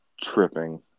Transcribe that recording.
tripping